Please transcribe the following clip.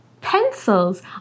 Pencils